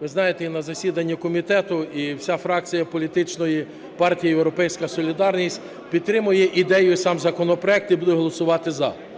ви знаєте, я на засіданні комітету і вся фракція політичної партії "Європейська солідарність" підтримує ідею і сам законопроект, і буде голосувати "за".